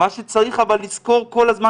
אבל מה שצריך לזכור, כולנו, כל הזמן,